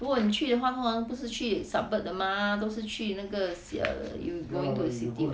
如果你去的话他们不是去 suburb 的嘛都是去那个 see ah you going to city [what]